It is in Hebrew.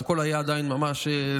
הכול היה עדיין זרוק,